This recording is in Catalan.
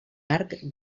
arc